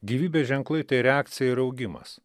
gyvybės ženklai tai reakcija ir augimas